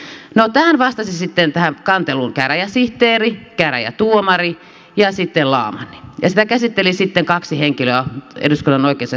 no tähän kanteluun vastasivat sitten käräjäsihteeri käräjätuomari ja sitten laamanni ja sitä käsitteli sitten kaksi henkilöä eduskunnan oikeusasiamiehen virastossa